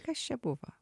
kas čia buvo